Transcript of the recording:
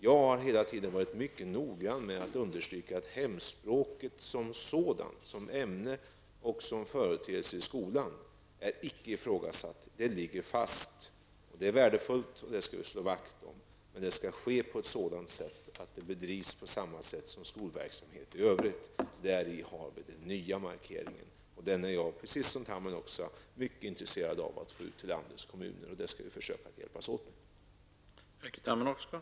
Jag har hela tiden varit mycket noga med att understryka att hemspråksundervisningen som ämne och som företeelse i skolan icke har ifrågasatts. Hemspråksundervisningen är värdefull och den skall vi slå vakt om. Men hemspråksundervisningen skall bedrivas på samma sätt som annan skolverksamhet. Det är den nya markeringen, och den är jag -- precis som Erkki Tammenoksa -- mycket angelägen att föra ut till landets kommuner. Det skall vi försöka hjälpas åt med att försöka åstadkomma.